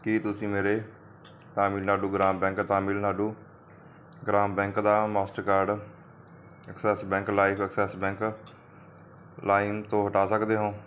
ਕੀ ਤੁਸੀਂਂ ਮੇਰੇ Tamil Nadu Grama bank Tamil Nadu Grama bank ਦਾ Mastercard Axis bank lime Axis bank lime ਤੋਂ ਹਟਾ ਸਕਦੇ ਹੋ